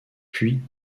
puis